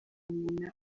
nyina